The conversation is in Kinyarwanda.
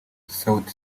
sauti